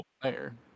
player